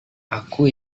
aku